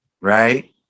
Right